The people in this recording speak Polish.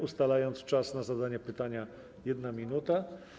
Ustalam czas na zadanie pytania - 1 minuta.